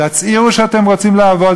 תצהירו שאתם רוצים לעבוד,